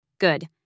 good